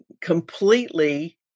completely